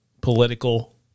political